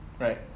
Right